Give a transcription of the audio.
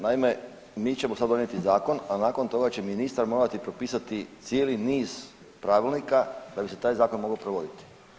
Naime, mi ćemo sad donijeti zakon, a nakon toga će ministar morati propisati cijeli niz pravilnika da bi se taj zakon mogao provoditi.